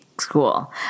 School